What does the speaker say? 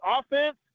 offense